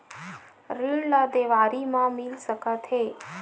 ऋण ला देवारी मा मिल सकत हे